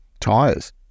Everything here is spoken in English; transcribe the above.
tires